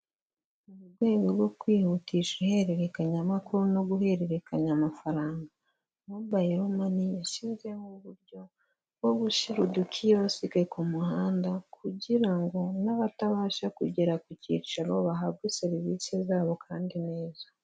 Mu rwego rwo kwihutisha ihererekanyamakuru no guhererekanya amafaranga mobayiro mani yashyizeho uburyo bwo gushyira udukiyosike ku muhanda, kugira ngo n'abatabasha kugera ku cyicaro bahabwe serivisi zabo kandi neza